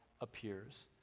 appears